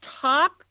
top